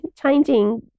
changing